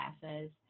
classes